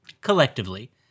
collectively